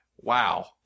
wow